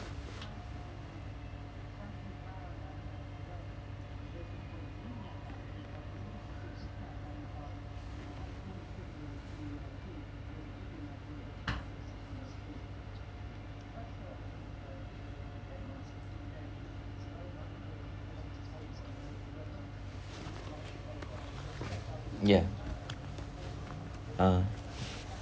ya uh